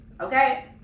Okay